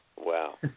Wow